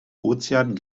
ozean